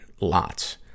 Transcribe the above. Lots